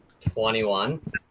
Twenty-one